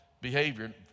behavior